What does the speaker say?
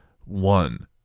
one